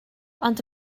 ond